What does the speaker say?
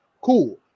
cool